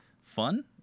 fun